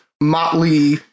motley